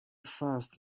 first